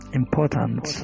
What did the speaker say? important